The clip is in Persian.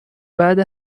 بعد